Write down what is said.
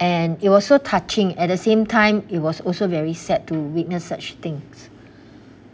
and it was so touching at the same time it was also very sad to witness such things